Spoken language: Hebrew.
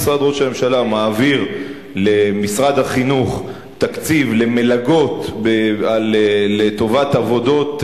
אם משרד ראש הממשלה מעביר למשרד החינוך תקציב למלגות לטובת עבודות,